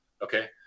Okay